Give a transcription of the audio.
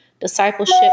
discipleship